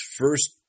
first